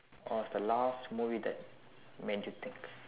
of the last movie that made you think